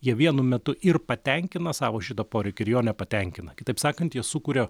jie vienu metu ir patenkina savo šitą poreikį ir jo nepatenkina kitaip sakant jie sukuria